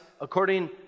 according